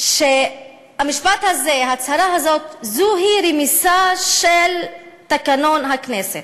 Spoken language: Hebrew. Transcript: שהמשפט הזה: ההצהרה הזאת היא רמיסה של תקנון הכנסת,